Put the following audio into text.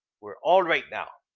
we're all right now.